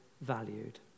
valued